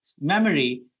memory